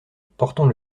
portant